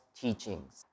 teachings